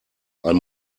ein